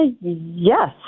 yes